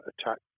attack